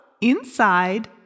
inside